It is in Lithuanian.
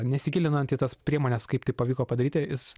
nesigilinant į tas priemones kaip tai pavyko padaryti jis